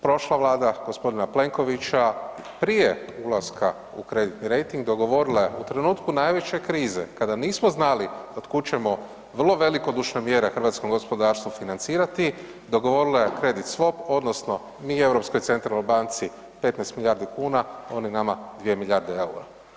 Prošla vlada g. Plenkovića prije ulaska u kreditni rejting dogovorila je u trenutku najveće krize kada nismo znali otkud ćemo vrlo velikodušne mjere hrvatskom gospodarstvu financirati, dogovorile kredit SVOP odnosno mi Europskoj centralnoj banci 15 milijardi kuna, oni nama 2 milijarde EUR-a.